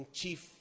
chief